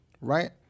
right